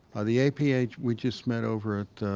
the apa we just met over at